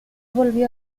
volvió